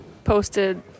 Posted